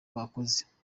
bakoze